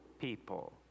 people